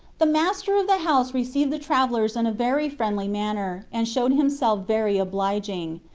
the master of the house received the travellers in a very friendly manner, and showed himself very obliging.